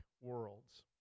worlds